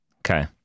Okay